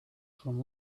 from